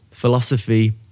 philosophy